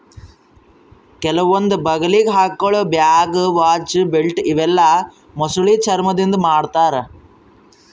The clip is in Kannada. ಕೆಲವೊಂದ್ ಬಗಲಿಗ್ ಹಾಕೊಳ್ಳ ಬ್ಯಾಗ್, ವಾಚ್, ಬೆಲ್ಟ್ ಇವೆಲ್ಲಾ ಮೊಸಳಿ ಚರ್ಮಾದಿಂದ್ ಮಾಡ್ತಾರಾ